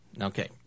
Okay